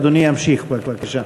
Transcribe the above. אדוני ימשיך, בבקשה.